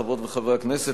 חברות וחברי הכנסת,